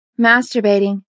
Masturbating